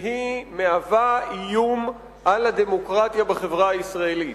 והיא מהווה איום על הדמוקרטיה בחברה הישראלית.